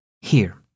Here